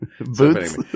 boots